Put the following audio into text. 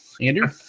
Andrew